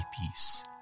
peace